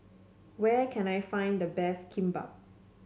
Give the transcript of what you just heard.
where can I find the best Kimbap